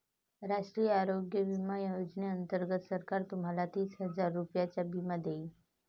राष्ट्रीय आरोग्य विमा योजनेअंतर्गत सरकार तुम्हाला तीस हजार रुपयांचा विमा देईल